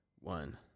one